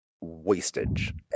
wastage